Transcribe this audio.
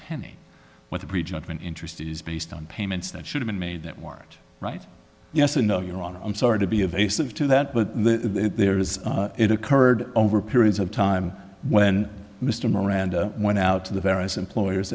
penny what the pre judgment interest is based on payments that should've been made that weren't right yes or no your honor i'm sorry to be a vase of to that but there is it occurred over periods of time when mr miranda went out to the various employers